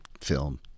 film